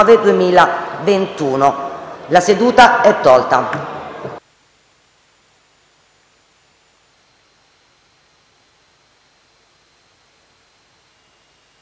La seduta è tolta